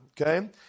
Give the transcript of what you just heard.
Okay